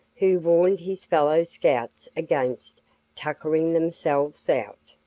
who warned his fellow scouts against tuckering themselves out.